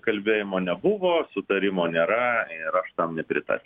kalbėjimo nebuvo sutarimo nėra ir aš tam nepritarsiu